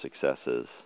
successes